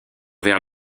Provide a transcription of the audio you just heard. vers